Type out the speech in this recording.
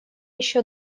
еще